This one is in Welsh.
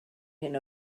hyn